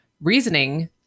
reasoning